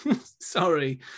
Sorry